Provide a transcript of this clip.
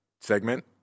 segment